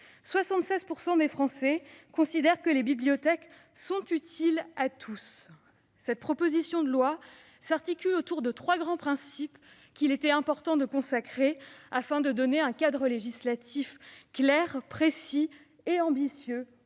76 % des Français considèrent que les bibliothèques sont utiles à tous. Cette proposition de loi s'articule autour de trois grands principes qu'il était important de consacrer, afin de donner un cadre législatif clair, précis et ambitieux